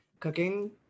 Cooking